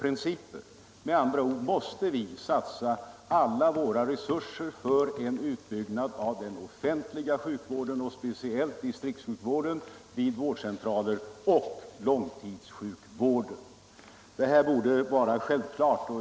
Vi måste med andra ord satsa alla våra resurser på en utbyggnad av den offentliga sjukvården, speciellt distriktssjukvården, vid vårdcentralerna och långtidssjukvården. Det borde vara självklart.